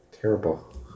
Terrible